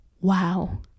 Wow